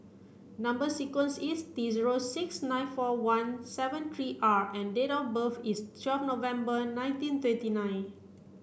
number sequence is T zero six nine four one seven three R and date of birth is twelve November nineteen twenty nine